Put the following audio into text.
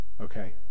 Okay